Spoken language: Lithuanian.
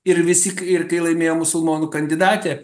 ir visi ir kai laimėjo musulmonų kandidatė